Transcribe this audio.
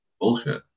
Bullshit